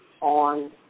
on